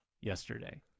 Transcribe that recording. yesterday